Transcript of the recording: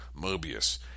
Mobius